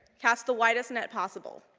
cast the widest net possible.